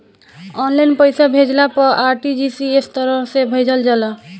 online पईसा भेजला पअ आर.टी.जी.एस तरह से भेजल जाला